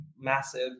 massive